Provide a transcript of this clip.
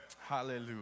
Hallelujah